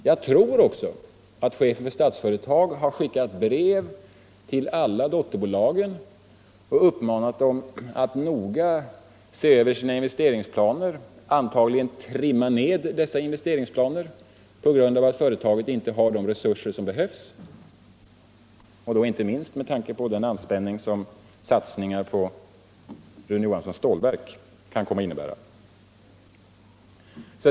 Jag tror också att chefen för Statsföretag har skickat brev till alla dotterbolagen och uppmanat dem att noga se över sina investeringsplaner — antagligen trimma ner dem -— på grund av att Statsföretag saknar de resurser som behövs inte minst med tanke på den anspänning som Rune Johanssons stålverk kan komma att innebära.